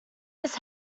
his